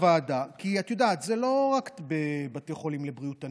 כי, את יודעת, זה לא רק בבתי חולים לבריאות הנפש,